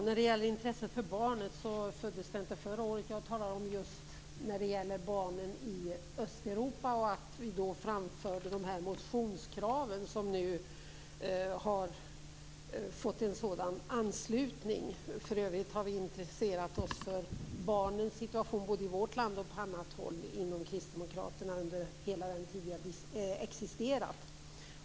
Fru talman! Intresset för barnen föddes inte förra året. Jag talade om att det var då som vi framförde de motionskrav om barnen i Östeuropa som nu har fått en sådan anslutning. I övrigt har vi från Kristdemokraterna intresserat oss för barnens situation både i vårt land och på annat håll under hela den tid som partiet har existerat.